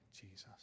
Jesus